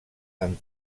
amb